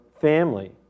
family